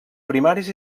primaris